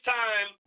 time